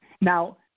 Now